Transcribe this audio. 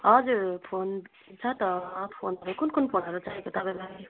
हजुर फोन छ त फोनहरू कुन कुन फोनहरू चाहिएको तपाईँलाई